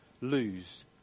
lose